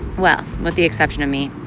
well, with the exception of me,